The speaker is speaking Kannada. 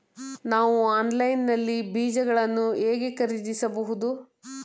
ನಾವು ಆನ್ಲೈನ್ ನಲ್ಲಿ ಬೀಜಗಳನ್ನು ಹೇಗೆ ಖರೀದಿಸಬಹುದು?